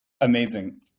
Amazing